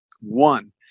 one